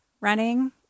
Running